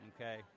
okay